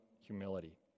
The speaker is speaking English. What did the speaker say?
humility